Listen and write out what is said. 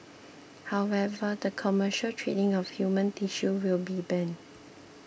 however the commercial trading of human tissue will be banned